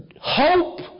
hope